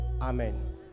Amen